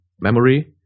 memory